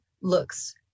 looks